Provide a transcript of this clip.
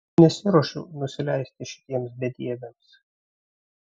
nesiruošiu nusileisti šitiems bedieviams